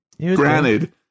Granted